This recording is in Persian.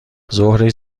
ظهرش